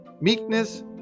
meekness